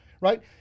right